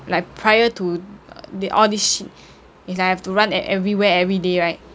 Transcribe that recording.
like prior to all this shit is like I have to run everywhere and everyday right